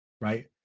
right